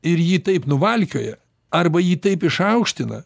ir jį taip nuvalkioja arba jį taip išaukština